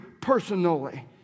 personally